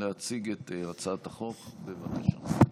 להציג את הצעת החוק, בבקשה.